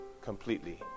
completely